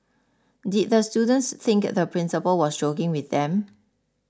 did the students think the principal was joking with them